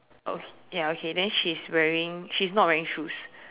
okay ya okay then she's wearing she's not wearing shoes